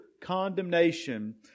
condemnation